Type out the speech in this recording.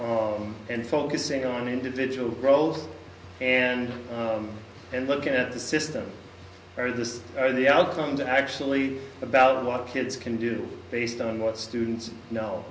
to and focusing on individual growth and and look at the system or this or the outcomes actually about what kids can do based on what students kno